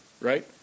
Right